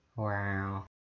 Wow